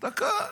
דקה.